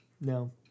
No